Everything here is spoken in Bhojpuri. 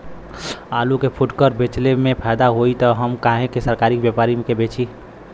आलू के फूटकर बेंचले मे फैदा होई त हम काहे सरकारी व्यपरी के बेंचि?